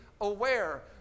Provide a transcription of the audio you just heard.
aware